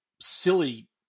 silly